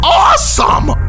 awesome